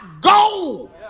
go